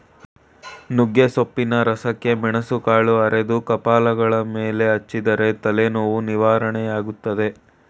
ನುಗ್ಗೆಸೊಪ್ಪಿನ ರಸಕ್ಕೆ ಮೆಣಸುಕಾಳು ಅರೆದು ಕಪಾಲಗಲ ಮೇಲೆ ಹಚ್ಚಿದರೆ ತಲೆನೋವು ನಿವಾರಣೆಯಾಗ್ತದೆ